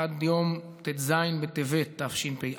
עד יום ט"ז בטבת תשפ"א,